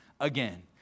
again